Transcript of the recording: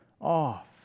off